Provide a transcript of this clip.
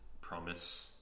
promise